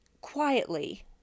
quietly